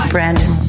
Brandon